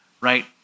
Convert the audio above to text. right